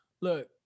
Look